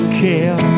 care